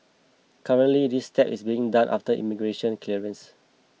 currently this step is being done after immigration clearance